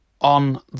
on